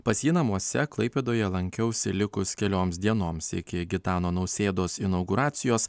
pas jį namuose klaipėdoje lankiausi likus kelioms dienoms iki gitano nausėdos inauguracijos